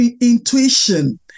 intuition